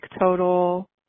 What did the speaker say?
total